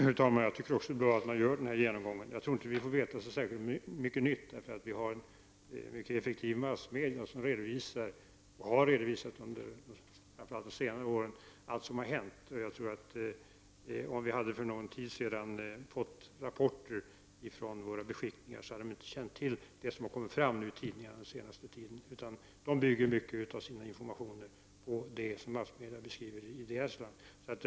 Fru talman! Jag tycker också att det är bra att man gör denna genomgång. Jag tror inte att vi får veta så mycket nytt, eftersom vi har mycket effektiva massmedier som redovisar sådana saker. Under framför allt de senaste åren har de redovisat allt som har hänt. Om vi för någon tid sedan hade fått rap porter från våra beskickningar, hade de inte känt till det som nu under den senaste tiden har kommit fram i tidningarna. Beskickningarna bygger mycket av sina informationer på det som massmedierna beskriver i de länder där de är.